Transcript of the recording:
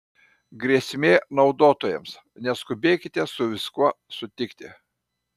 grėsmė naudotojams neskubėkite su viskuo sutikti